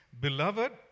Beloved